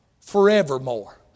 forevermore